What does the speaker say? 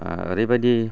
ओरैबायदि